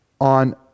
On